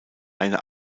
eine